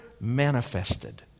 manifested